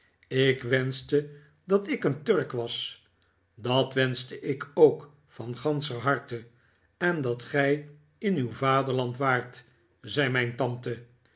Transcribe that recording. ik wenschte dat ik een turk was dat wenschte ik ook van ganscher harte en dat gij in uw vaderland waart zei mijn tante